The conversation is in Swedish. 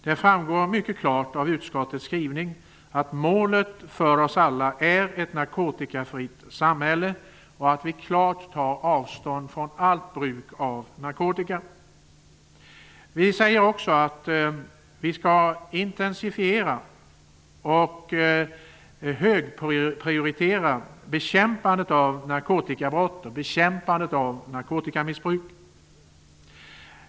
Det framgår mycket klart av utskottets skrivning att målet för oss alla är ett narkotikafritt samhälle och att vi klart tar avstånd från allt bruk av narkotika. Vi säger också att vi skall intensifiera och högprioritera bekämpandet av narkotikabrott och narkotikamissbruk.